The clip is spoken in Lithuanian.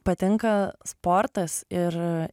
patinka sportas ir